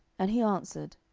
and he answered,